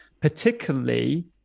particularly